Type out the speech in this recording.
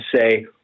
say